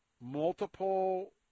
Multiple